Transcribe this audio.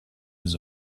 his